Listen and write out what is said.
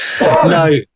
No